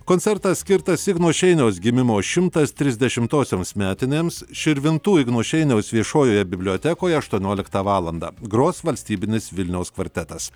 koncertas skirtas igno šeiniaus gimimo šimtas trisdešimtosioms metinėms širvintų igno šeiniaus viešojoje bibliotekoje aštuonioliktą valandą gros valstybinis vilniaus kvartetas